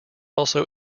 also